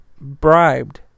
bribed